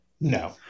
No